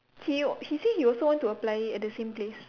he he say he also want to apply at the same place